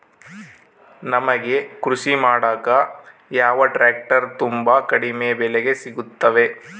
ನಮಗೆ ಕೃಷಿ ಮಾಡಾಕ ಯಾವ ಟ್ರ್ಯಾಕ್ಟರ್ ತುಂಬಾ ಕಡಿಮೆ ಬೆಲೆಗೆ ಸಿಗುತ್ತವೆ?